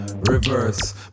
Reverse